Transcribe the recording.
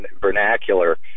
vernacular